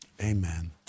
Amen